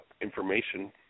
information